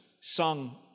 sung